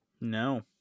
No